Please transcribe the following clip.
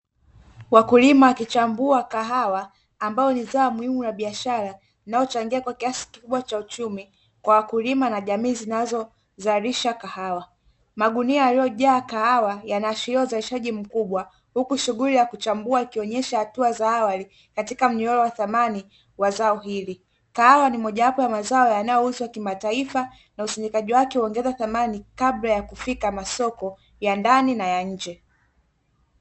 Wakulima wakichambua kahawa ambalo ni zao muhimu la biashara linalochangia kwa kiasi kikubwa cha uchumi kwa wakulima na jamii zinazozalisha kahawa, magunia yaliyojaa kahawa yanaashiria uzalishaji mkubwa huku shuguli za kuchambua zikionyesha hatua za awali katika mnyororo wa thamani wa zao hili, kahawa ni mojawapo ya zao linalouzwa kimataifa na usimikaji wake uongeza samani kabla ya kufika masoko ya ndani na ya nje.